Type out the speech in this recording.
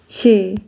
ਛੇ